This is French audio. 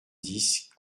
dix